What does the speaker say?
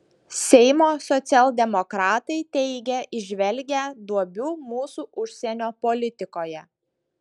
seimo socialdemokratai teigia įžvelgią duobių mūsų užsienio politikoje